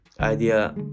idea